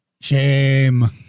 Shame